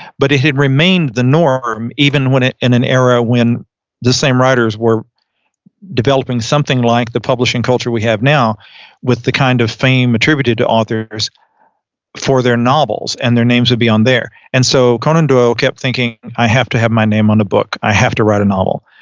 but it had remained the norm even when in an era when the same writers were developing something like the publishing culture we have now with the kind of fame attributed to authors for their novels and their names would be on there. and so, conan doyle kept thinking, i have to have my name on a book. i have to write a novel.